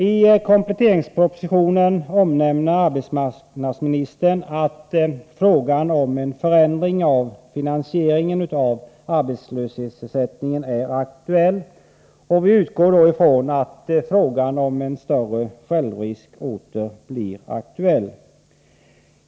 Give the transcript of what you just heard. I kompletteringspropositionen omnämner arbetsmarknadsministern att frågan om en förändring av finansieringen av arbetslöshetsersättningen är aktuell, och vi utgår då ifrån att frågan om en större självrisk åter blir aktuell.